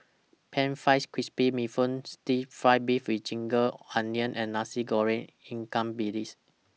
Pan Fried Crispy Bee Hoon Stir Fry Beef with Ginger Onion and Nasi Goreng Ikan Bilis